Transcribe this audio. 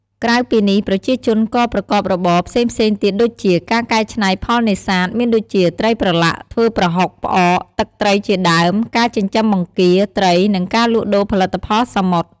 ក្រៅពីនេះ ប្រជាជនក៏ប្រកបរបរផ្សេងៗទៀតដូចជា ការកែច្នៃផលនេសាទ មានដូចជា ត្រីប្រឡាក់ ធ្វើប្រហុក ផ្អក ទឹកត្រីជាដើម ការចិញ្ចឹមបង្គា ត្រី និងការលក់ដូរផលិតផលសមុទ្រ។